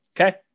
Okay